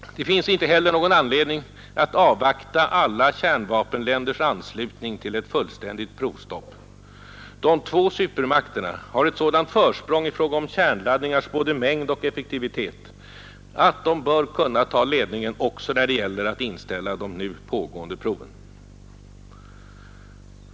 Det finns inte heller någon anledning att avvakta alla kärnvapenländers anslutning till ett fullständigt provstopp. De två supermakterna har ett sådant försprång i fråga om kärnladdningars både mängd och effektivitet att de bör kunna ta ledningen också när det gäller att inställa de nu pågående proven.